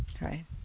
Right